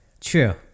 True